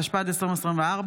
התשפ"ד 2024,